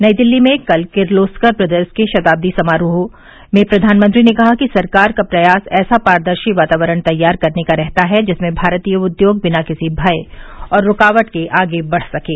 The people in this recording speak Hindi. नई दिल्ली में कल किर्लोस्कर ब्रदर्स के शताब्दी समारोह में प्रधानमंत्री ने कहा कि सरकार का प्रयास ऐसा पारदर्शी वातावरण तैयार करने का रहता है जिसमें भारतीय उद्योग बिना किसी भय और रूकावट के आगे बढ़ सकें